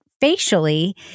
facially